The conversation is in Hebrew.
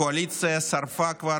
הקואליציה שרפה כבר,